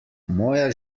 moja